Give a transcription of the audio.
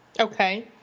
Okay